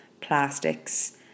plastics